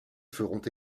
feront